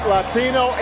Latino